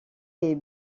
est